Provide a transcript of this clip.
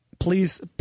Please